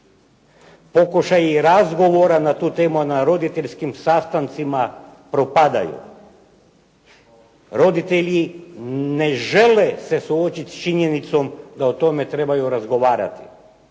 pokušaji razgovora na tu temu na školskim sastancima propadaju, roditelji ne žele se suočiti s činjenicom da o tome trebaju razgovarati,